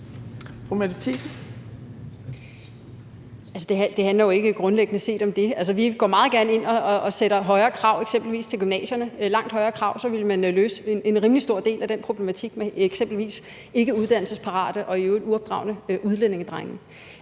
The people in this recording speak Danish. Det handler grundlæggende set jo ikke om det. Vi går meget gerne ind og sætter højere krav til eksempelvis til gymnasierne. Med langt højere krav ville man løse en rimelig stor del af den problematik med eksempelvis ikkeuddannelsesparate og i øvrigt uopdragne udlændingedrenge.